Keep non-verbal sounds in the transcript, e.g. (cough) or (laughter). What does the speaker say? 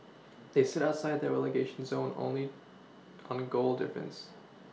(noise) they sit outside the relegation zone only on goal difference